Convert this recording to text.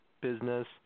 business